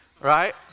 Right